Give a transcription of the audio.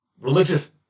religious